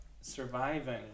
surviving